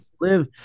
live